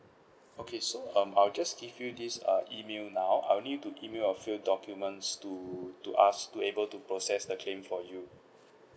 okay so um I'll just give you this err email now I'll need you to email a few documents to to us to able to process the claim for you